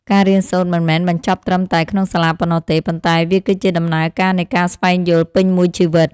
ការរៀនសូត្រមិនមែនបញ្ចប់ត្រឹមតែក្នុងសាលាប៉ុណ្ណោះទេ ប៉ុន្តែវាគឺជាដំណើរការនៃការស្វែងយល់ពេញមួយជីវិត។